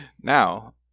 Now